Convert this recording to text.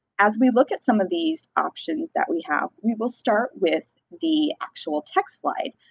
as we look at some of these options that we have, we will start with the actual text slide.